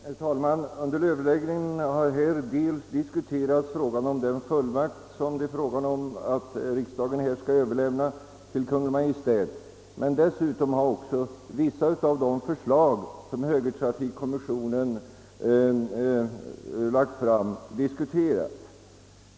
Herr talman! Under överläggningen har vi diskuterat frågan om den fullmakt som riksdagen skall överlämna till Kungl. Maj:t liksom även vissa av de förslag högertrafikkommissionen lagt fram.